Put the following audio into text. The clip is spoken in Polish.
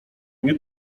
nie